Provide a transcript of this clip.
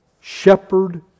shepherd